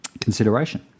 consideration